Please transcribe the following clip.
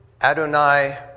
Adonai